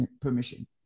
permission